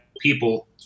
people